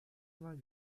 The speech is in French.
vingt